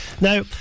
Now